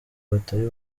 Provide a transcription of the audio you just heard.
batari